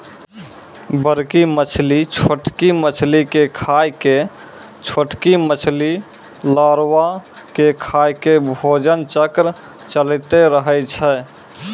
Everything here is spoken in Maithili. बड़की मछली छोटकी मछली के खाय के, छोटकी मछली लारवा के खाय के भोजन चक्र चलैतें रहै छै